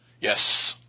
Yes